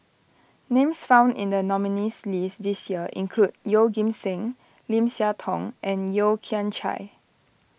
names found in the nominees' list this year include Yeoh Ghim Seng Lim Siah Tong and Yeo Kian Chai